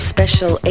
Special